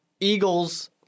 Eagles